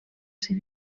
ser